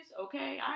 okay